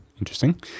Interesting